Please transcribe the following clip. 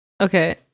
Okay